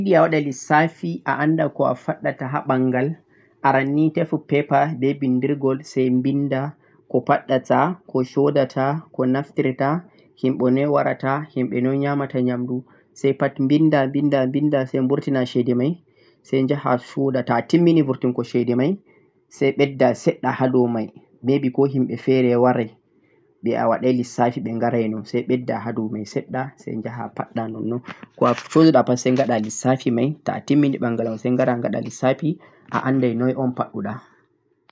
toh a yid a wadal issafi sai ko a paddate haa bangal aran ni defe paper sai bindirgol sai a binda ko paddata shodata ko naftirtaa himbe ni waarata himbe don yaamata yamdu si pad binda binda saiburtinam cede mei jaahan soode toh a timmini burtingo cede mei sai mbendaa haa doo mei may be ko himbe fere warai a waadai lissafi no dhum gharai no sai bedda haa doo sedda sai en jaaha pad non-non soodu sai toh timmini bangl mei ghadalissafi mei sai ghada lissafi a andai noi o'n paddidaa